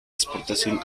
exportación